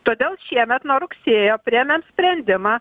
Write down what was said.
todėl šiemet nuo rugsėjo priėmėm sprendimą